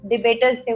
Debaters